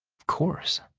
of course,